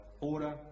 order